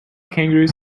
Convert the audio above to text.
kangaroos